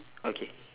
okay